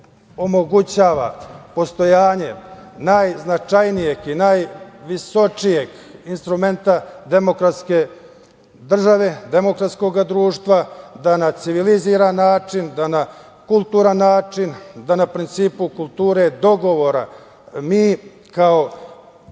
omogućava postojanje najznačajnijeg i najvisočijeg instrumenta demokratske države, demokratskog društva da na civilizovan način, da na kulturan način, da na principu kulture dogovora mi kao